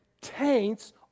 taints